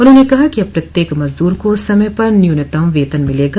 उन्होंने कहा कि अब प्रत्येक मजदूर को समय पर न्यूनतम वेतन मिलेगा